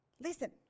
listen